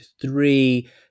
three